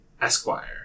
Esquire